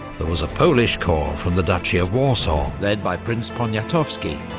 there was a polish corps from the duchy of warsaw, led by prince poniatowski,